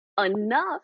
enough